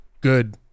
good